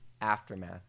aftermath